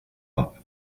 off